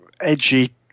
edgy